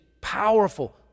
powerful